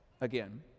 again